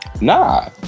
Nah